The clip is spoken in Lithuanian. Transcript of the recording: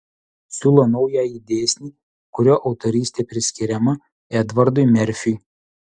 siūlo naująjį dėsnį kurio autorystė priskiriama edvardui merfiui